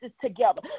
together